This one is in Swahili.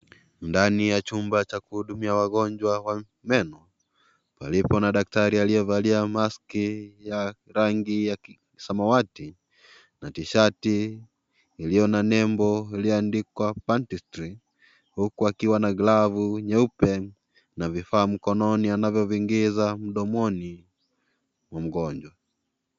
Ndani ya chumba cha kuhudumia wagonjwa wa meno, palipo na daktari aliyevalia mask ya rangi ya samawati na t-shati iliyo na nembo iliyoandikwa pantitri huku akiwa na glavu nyeupe na vifaa mkononi anavyoviingiza mdomoni mgonjwa.